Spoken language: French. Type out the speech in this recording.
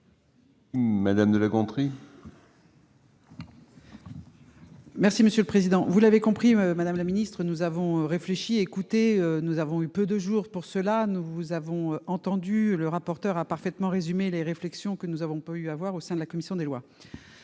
de la Gontrie, pour explication de vote. Vous l'avez compris, madame la ministre : nous avons réfléchi, écouté- nous avons eu peu de jours pour cela -, et nous vous avons entendue. M. le rapporteur a parfaitement résumé les réflexions que nous avons échangées au sein de la commission des lois.